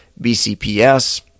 BCPS